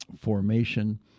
formation